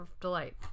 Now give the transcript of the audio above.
delight